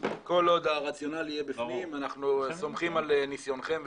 --- כל עוד הרציונל יהיה בפנים אנחנו סומכים על ניסיונכם ותבונתכם,